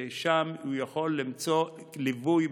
ששם הוא יכול למצוא ליווי,